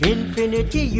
Infinity